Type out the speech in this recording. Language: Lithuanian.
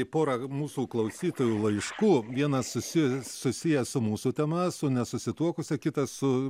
į pora mūsų klausytojų laiškų vienas susi susijęs su mūsų tema su nesusituokusia kitas su